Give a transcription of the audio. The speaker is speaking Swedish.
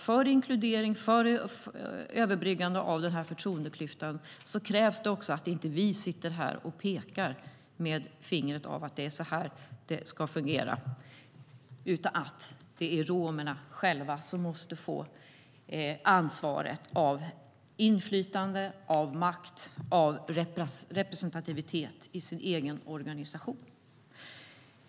För inkludering och överbryggande av förtroendeklyftan krävs det att vi inte sitter här och pekar med handen och säger att det är så här det ska fungera. Det är romerna själva som måste få ansvar, inflytande, makt och representativitet i sin egen organisation.